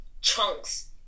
chunks